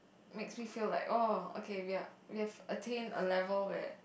makes me feel like oh okay we're we've attain a level where